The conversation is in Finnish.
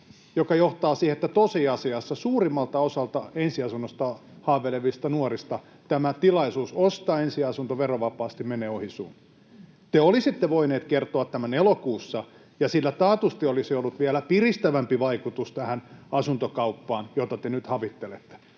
mikä johtaa siihen, että tosiasiassa suurimmalta osalta ensiasunnosta haaveilevista nuorista tämä tilaisuus ostaa ensiasunto verovapaasti menee ohi suun? Te olisitte voineet kertoa tämän elokuussa, ja sillä taatusti olisi ollut vielä piristävämpi vaikutus asuntokauppaan, mitä te nyt havittelette.